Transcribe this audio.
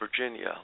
Virginia